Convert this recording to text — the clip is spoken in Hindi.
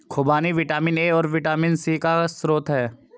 खूबानी विटामिन ए और विटामिन सी का स्रोत है